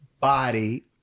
body